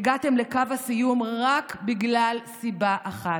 הגעתם לקו הסיום רק בגלל סיבה אחת: